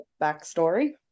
backstory